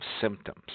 symptoms